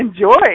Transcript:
enjoy